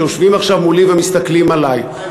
שיושבים עכשיו מולי ומסתכלים עלי.